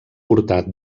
portar